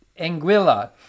Anguilla